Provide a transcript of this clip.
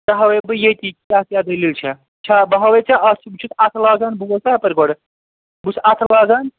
ژےٚ ہاوٕے بہٕ ییٚتی کیٛاہ کیٛاہ دٔلیٖل چھےٚ چھا بہٕ ہاوٕے ژےٚ اَتھٕ سۭتۍ چھِ اَتھٕ لاگان بوز سا یَپٲرۍ گۄڈٕ بہٕ چھُس اَتھٕ لاگان